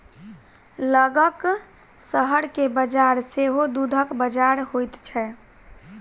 लगक शहर के बजार सेहो दूधक बजार होइत छै